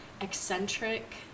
eccentric